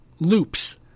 Loops